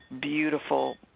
beautiful